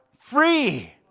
free